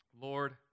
Lord